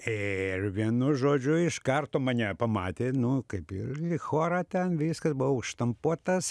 ir vienu žodžiu iš karto mane pamatė nu kaip ir į chorą ten viskas buvau štampuotas